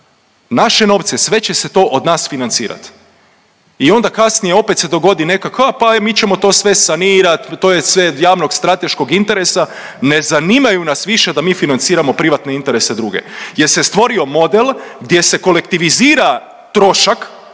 naše novce. Sve će se to od nas financirati. I onda kasnije opet se dogodi neka e pa mi ćemo to sve sanirati, to je sve od javnog, strateškog interesa. Ne zanimaju nas više da mi financiramo privatne interese druge jer se stvorio model gdje se kolektivizira trošak.